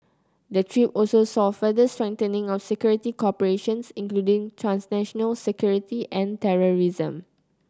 the trip also saw further strengthening of security cooperations including transnational security and terrorism